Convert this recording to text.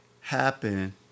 happen